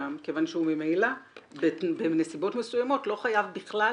כיוון שהוא ממילא בנסיבות מסוימות לא חייב בכלל